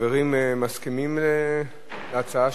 החברים מסכימים להצעה?